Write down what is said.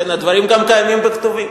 הדברים גם קיימים בכתובים.